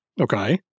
Okay